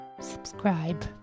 subscribe